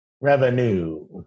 Revenue